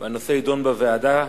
הנושא יידון בוועדה.